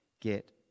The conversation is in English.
get